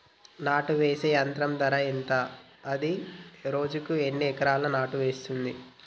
నాటు వేసే యంత్రం ధర ఎంత? అది రోజుకు ఎన్ని ఎకరాలు నాటు వేస్తుంది?